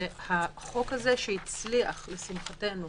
החוק הזה הצליח, לשמחתנו,